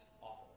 awful